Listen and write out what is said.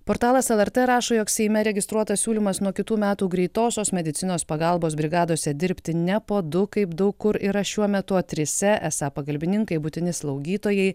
portalas lrt rašo jog seime registruotas siūlymas nuo kitų metų greitosios medicinos pagalbos brigadose dirbti ne po du kaip daug kur yra šiuo metu o trise esą pagalbininkai būtini slaugytojai